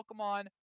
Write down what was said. pokemon